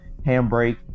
handbrake